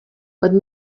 but